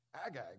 Agag